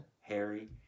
Harry